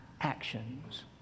Actions